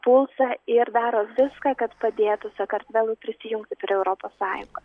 pulsą ir daro viską kad padėtų sakartvelui prisijungti prie europos sąjungos